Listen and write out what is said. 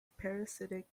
parasitic